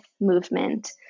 movement